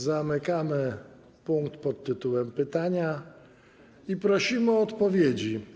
Zamykamy punkt pt. pytania i prosimy o odpowiedzi.